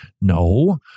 No